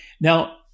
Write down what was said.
Now